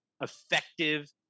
effective